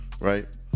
Right